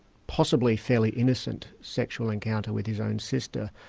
possibly fairly innocent sexual encounter with his own sister,